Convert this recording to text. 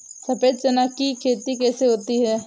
सफेद चना की खेती कैसे होती है?